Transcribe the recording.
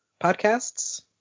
podcasts